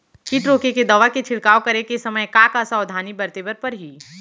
किट रोके के दवा के छिड़काव करे समय, का का सावधानी बरते बर परही?